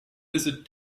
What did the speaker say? lizard